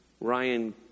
Ryan